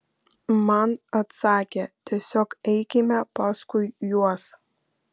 man atsakė tiesiog eikime paskui juos